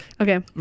Okay